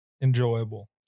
enjoyable